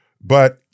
but-